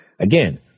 Again